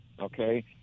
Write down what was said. okay